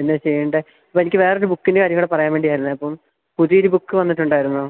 എന്താണ് ചെയ്യേണ്ടത് അപ്പോള് എനിക്ക് വേറെയൊരു ബുക്കിൻ്റെ കാര്യങ്ങള് പറയാന് വേണ്ടിയായിരുന്നു അപ്പം പുതിയൊരു ബുക്ക് വന്നിട്ടുണ്ടായിരുന്നുവോ